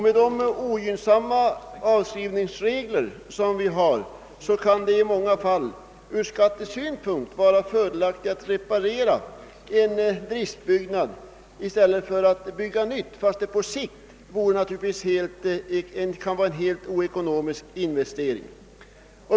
Med de ogynnsamma avskrivningsregler som vi har kan det i många fall ur skattesynpunkt vara fördelaktigare att reparera en driftbyggnad än att bygga nytt, ehuru reparationen på sikt kanske är en helt oekonomisk investering.